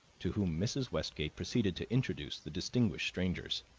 to whom mrs. westgate proceeded to introduce the distinguished strangers.